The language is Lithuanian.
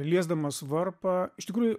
liesdamas varpą iš tikrųjų